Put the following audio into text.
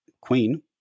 queen